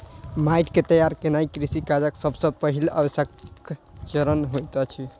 माइट के तैयार केनाई कृषि काजक सब सॅ पहिल आवश्यक चरण होइत अछि